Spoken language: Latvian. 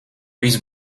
viss